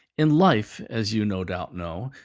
in life, as you no doubt know,